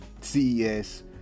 CES